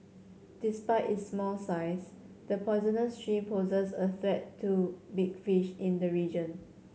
despite its small size the poisonous shrimp poses a threat to big fish in the region